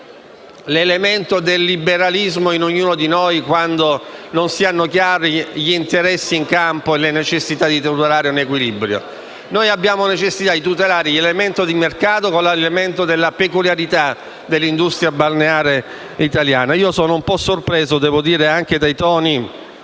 l'elemento del liberalismo in ognuno di noi, quando non si hanno chiari gli interessi in campo e la necessità di tutelare un equilibrio. Noi abbiamo la necessità di tutelare l'elemento del mercato con l'elemento della peculiarità dell'industria balneare italiana. Sono un po' sorpreso dai toni